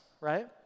right